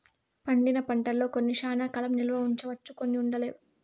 పండిన పంటల్లో కొన్ని శ్యానా కాలం నిల్వ ఉంచవచ్చు కొన్ని ఉండలేవు